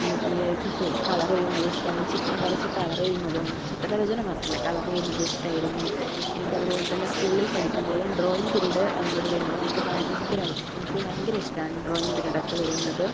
എനിക്ക് കളർ ചെയ്യുന്നത് ഇഷ്ടമാണ് ചിത്രം വരച്ച് കളർ ചെയ്യുന്നതും ചിത്രരചന മാത്രമല്ല കളർ ചെയ്യുന്നതും ഇഷ്ടമായിരുന്നു എനിക്ക് അതുപോലെത്തന്നെ സ്കൂളിൽ പഠിക്കുമ്പോഴ് ഡ്രോയിംഗ് പീരീഡ് എന്നത് വരുമ്പോൾ എനിക്ക് ഭയങ്കര എനിക്ക് ഭയങ്കര ഇഷ്ടമാണ് ഡ്രോയിംഗ് പീരീഡൊക്കെ വരുന്നത്